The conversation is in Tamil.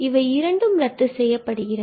இவை இரண்டும் ரத்து செய்யப்படுகிறது